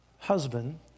Husband